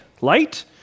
light